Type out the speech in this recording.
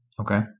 Okay